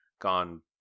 gone